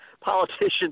politicians